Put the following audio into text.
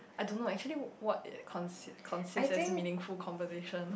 I don't know actually what it cons~ consists as meaningful conversation